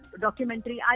documentary